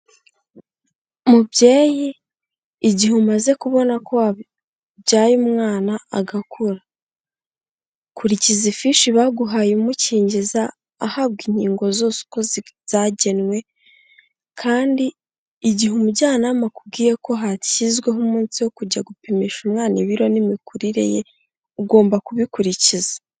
Mubyeyi igihe umaze kubona ko wabyaye umwana agakura, kurikiza ifishi baguhaye umukingiza ahabwa inkingo zose uko zagenwe kandi igihe umujyanama akubwiye ko hashyizweho umunsi wo kujya gupimisha umwana ibiro n'imikurire ye, ugomba kubikurikiza.